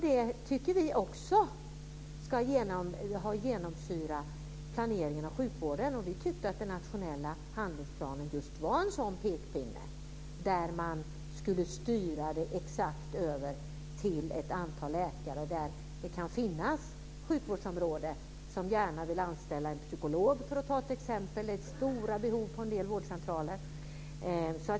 Det tycker vi också ska genomsyra saneringen av sjukvården. Vi tyckte att den nationella handlingsplanen just var en sådan pekpinne. Man skulle styra det exakt över till ett antal läkare så att ett sjukvårdsområde som t.ex. vill anställa en psykolog kan göra det - det finns stora behov på en del vårdcentraler.